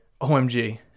OMG